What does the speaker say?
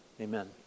amen